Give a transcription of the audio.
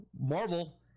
Marvel